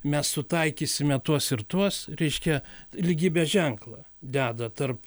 mes sutaikysime tuos ir tuos reiškia lygybės ženklą deda tarp